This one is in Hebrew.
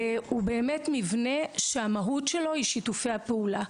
הוא באמת מבנה שהמהות שלו היא שיתופי הפעולה.